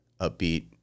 upbeat